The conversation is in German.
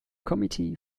committee